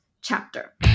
chapter